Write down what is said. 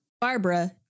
Barbara